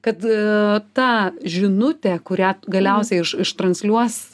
kad ta žinutė kurią galiausiai iš ištransliuos